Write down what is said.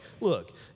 look